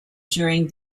during